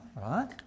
right